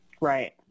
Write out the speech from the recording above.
Right